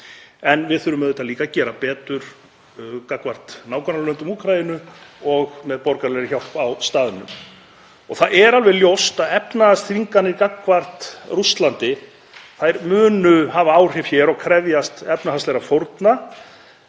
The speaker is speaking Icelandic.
En við þurfum líka að gera betur gagnvart nágrannalöndum Úkraínu og með borgaralegri hjálp á staðnum. Það er alveg ljóst að efnahagsþvinganir gagnvart Rússlandi munu hafa áhrif hér og krefjast efnahagslegra fórna.